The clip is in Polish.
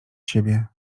siebie